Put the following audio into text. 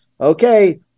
okay